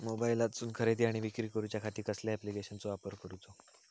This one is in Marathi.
मोबाईलातसून खरेदी आणि विक्री करूच्या खाती कसल्या ॲप्लिकेशनाचो वापर करूचो?